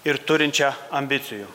ir turinčia ambicijų